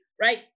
right